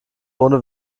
ohne